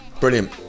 Brilliant